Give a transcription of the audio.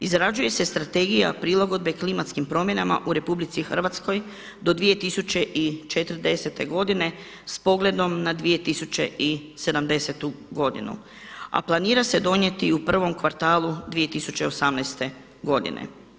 Izrađuje se strategija prilagodbe klimatskim promjenama u RH do 2040. godine s pogledom na 2070 godinu a planira se donijeti i u prvom kvartalu 2018. godine.